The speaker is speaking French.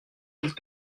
elle